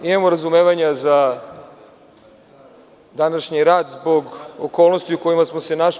Imamo razumevanja za današnji rad zbog okolnosti u kojima smo se našli.